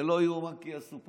זה לא יאומן כי יסופר.